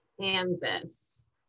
Kansas